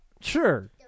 sure